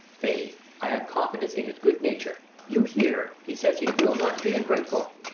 faith, i have confidence in his good nature you hear, he says he will not be ingrateful.